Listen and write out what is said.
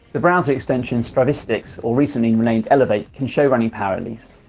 the browser extension stravistix or recently renamed elevate can show running power at least.